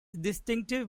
distinctive